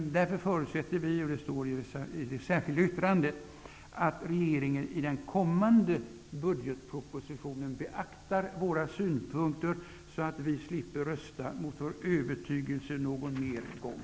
Därför förutsätter vi moderater att regeringen i den kommande budgetprövningen beaktar våra synpunkter, så att vi slipper rösta mot vår övertygelse någon mer gång.